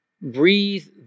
breathe